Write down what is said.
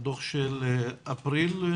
הדוח שיצא באפריל?